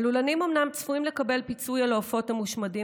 הלולנים אומנם צפויים לקבל פיצוי על העופות המושמדים,